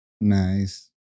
nice